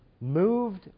moved